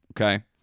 okay